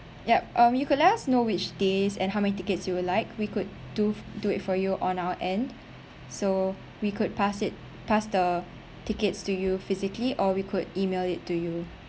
yup um you could let us know which days and how many tickets you would like we could do do it for you on our end so we could pass it pass the tickets to you physically or we could E-mail it to you